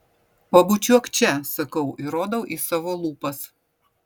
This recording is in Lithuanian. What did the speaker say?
pabučiuok čia sakau ir rodau į savo lūpas